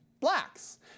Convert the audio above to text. blacks